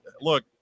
look